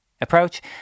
approach